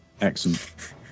Excellent